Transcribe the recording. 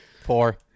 Four